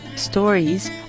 Stories